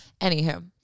anywho